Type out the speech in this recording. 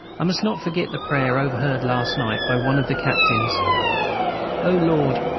i must not forget the prayer overheard last night by one of the captains o lord!